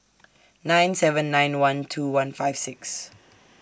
nine seven nine one two one five six